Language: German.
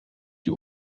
die